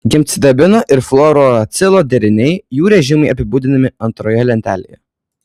gemcitabino ir fluorouracilo deriniai jų režimai apibūdinami antroje lentelėje